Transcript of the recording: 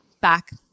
back